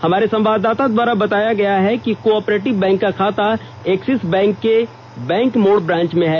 हमारे संवाददाता द्वारा बताया गया है कि को ऑपरेटिव बैंक का खाता एक्सिस बैंक के बैंक मोड़ ब्रांच में है